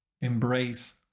embrace